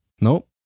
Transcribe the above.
Nope